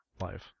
life